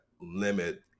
limit